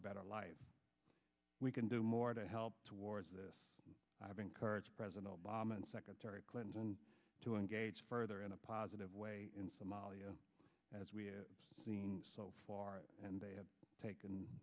a better life we can do more to help towards this i have encouraged president obama and secretary clinton to engage further in a positive way in somalia as we have seen far and they have taken